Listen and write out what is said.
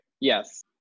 yes